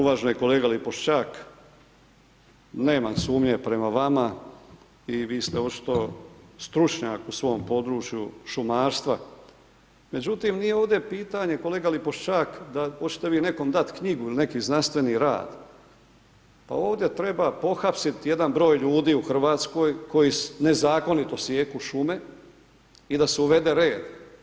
Uvaženi kolega Lipovšćak nemam sumnje prema vama i vi ste očito stručnjak u svom području šumarstva, međutim nije ovdje pitanje kolega Lipovšćak da očete vi nekom dat knjigu ili neki znanstveni rad, pa ovdje treba pohapsit jedan broj ljudi u Hrvatskoj koji nezakonito sijeku šume i da se uvede red.